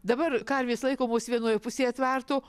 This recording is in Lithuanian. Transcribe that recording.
dabar karvės laikomos vienoj pusėje tvartų